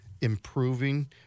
improving